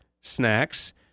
snacks